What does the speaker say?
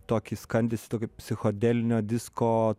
tokį skambesį kaip psichodelinio disko